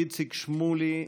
איציק שמולי,